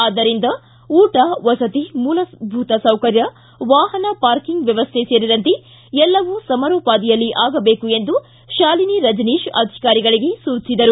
ಆದ್ದರಿಂದ ಊಟ ಮಸತಿ ಮೂಲಭೂತ ಸೌಕರ್ಯ ವಾಹನ ಪಾರ್ಕಿಂಗ್ ವ್ಯವಸ್ಥೆ ಸೇರಿದಂತೆ ಎಲ್ಲವು ಸಮರೋಪಾದಿಯಲ್ಲಿ ಆಗಬೇಕು ಎಂದು ಶಾಲಿನಿ ರಜನೀಶ್ ಅಧಿಕಾರಿಗಳಿಗೆ ಸೂಚಿಸಿದರು